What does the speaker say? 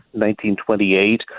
1928